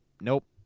nope